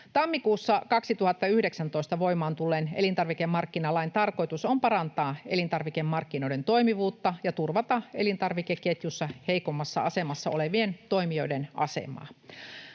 Tammikuussa 2019 voimaan tulleen elintarvikemarkkinalain tarkoitus on parantaa elintarvikemarkkinoiden toimivuutta ja turvata elintarvikeketjussa heikommassa asemassa olevien toimijoiden asemaa.